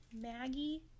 maggie